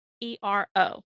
e-r-o